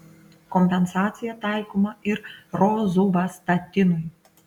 kompensacija taikoma ir rozuvastatinui